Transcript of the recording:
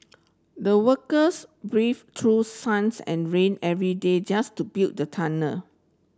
the workers brave through suns and rain every day just to build the tunnel